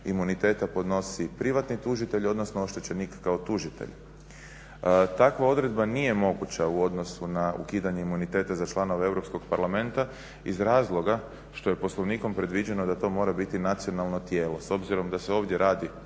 imuniteta podnosi privatni tužitelj odnosno oštećenik kao tužitelj. Takva odredba nije moguća u odnosu na ukidanje imuniteta za članove Europskog parlamenta iz razloga što je Poslovnikom predviđeno da to mora biti nacionalno tijelo. S obzirom da se ovdje radi